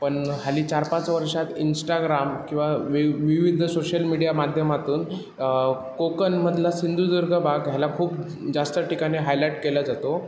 पण हल्ली चार पाच वर्षात इंस्टाग्राम किंवा वी विविध सोशल मिडिया माध्यमातून कोकणामधला सिंधुदुर्ग भाग ह्याला खूप जास्त ठिकाणी हायलाईट केला जातो